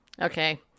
Okay